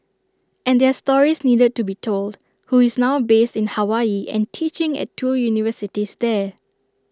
and their stories needed to be told who is now based in Hawaii and teaching at two universities there